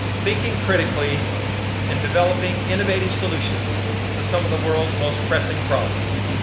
thinking critically and developing innovative solutions to some of the world's most pressing problems.